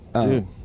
dude